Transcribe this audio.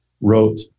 wrote